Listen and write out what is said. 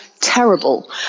terrible